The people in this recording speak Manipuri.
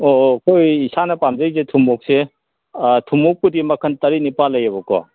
ꯑꯣ ꯑꯩꯈꯣꯏ ꯏꯁꯥꯅ ꯄꯥꯝꯖꯩꯁꯦ ꯊꯨꯃꯣꯛꯁꯦ ꯊꯨꯃꯣꯛꯄꯨꯗꯤ ꯃꯈꯟ ꯇꯔꯦꯠ ꯅꯤꯄꯥꯟ ꯂꯩꯌꯦꯕꯀꯣ